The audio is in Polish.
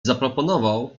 zaproponował